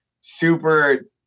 super